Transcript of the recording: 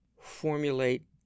Formulate